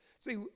See